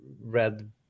Red